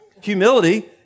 humility